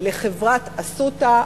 לחברת "אסותא",